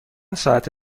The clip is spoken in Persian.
ساعت